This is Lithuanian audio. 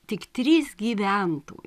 tik trys gyvento